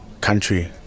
country